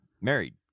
married